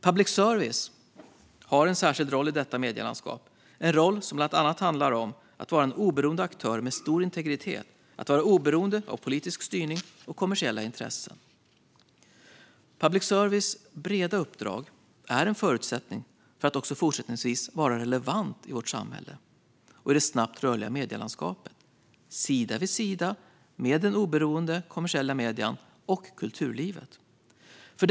Public service har en särskild roll i detta medielandskap, en roll som bland annat handlar om att vara en oberoende aktör med stor integritet, att vara oberoende av politisk styrning och kommersiella intressen. Public services breda uppdrag är en förutsättning för att också fortsättningsvis vara relevant i vårt samhälle och i det snabbt rörliga medielandskapet, sida vid sida med de oberoende kommersiella medierna och det oberoende kommersiella kulturlivet.